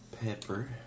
Pepper